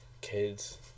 kids